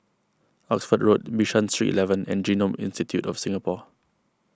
Oxford Road Bishan Street eleven and Genome Institute of Singapore